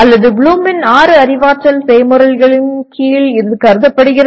அல்லது ப்ளூமின் ஆறு அறிவாற்றல் செயல்முறைகளின் கீழ் இது கருதப்படுகிறது